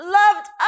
loved